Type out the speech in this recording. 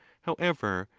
however,